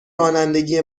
رانندگی